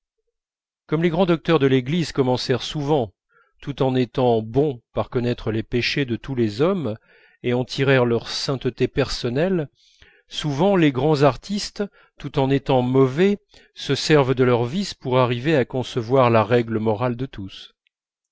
comme les grands docteurs de l'église commencèrent souvent tout en étant bons par connaître les péchés de tous les hommes et en tirèrent leur sainteté personnelle souvent les grands artistes tout en étant mauvais se servent de leurs vices pour arriver à concevoir la règle morale de tous